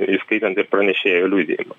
įskaitant ir pranešėjo liudijimą